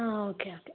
ആ okay okay